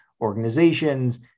organizations